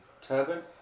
turban